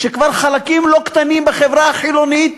שכבר חלקים לא קטנים בחברה החילונית